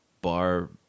bar